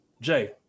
Jay